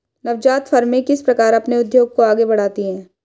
नवजात फ़र्में किस प्रकार अपने उद्योग को आगे बढ़ाती हैं?